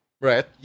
Right